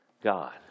God